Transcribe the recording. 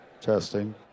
testing